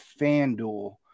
Fanduel